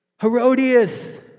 Herodias